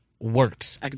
Works